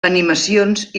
animacions